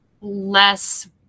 less